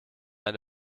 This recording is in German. eine